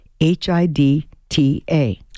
H-I-D-T-A